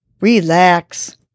Relax